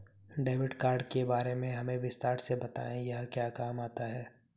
Debit card के बारे में हमें विस्तार से बताएं यह क्या काम आता है?